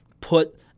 put